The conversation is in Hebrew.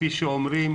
כפי שאומרים,